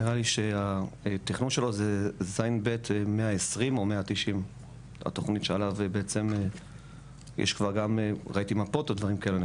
נראה לי שהתכנון שלו זה זב' 120 או 190. ראיתי כבר מפות ודברים כאלה.